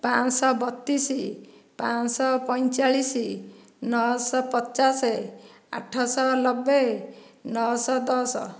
ପାଆଁଶହ ବତିଶ ପାଆଁଶହ ପଇଁଚାଳିଶ ନଅଶହ ପଚାଶ ଆଠଶହ ନବେ ନଅଶହ ଦଶ